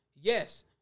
yes